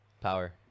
Power